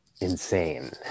insane